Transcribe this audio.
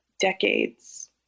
decades